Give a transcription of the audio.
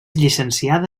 llicenciada